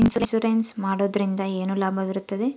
Insurance ಮಾಡೋದ್ರಿಂದ ಏನು ಲಾಭವಿರುತ್ತದೆ?